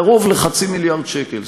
קרוב לחצי מיליארד שקל,